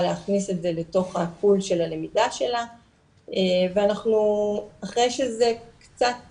להכניס את זה לתוך הפול של הלמידה שלה ואחרי שזה קצת